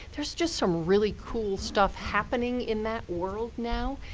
there's just some really cool stuff happening in that world now,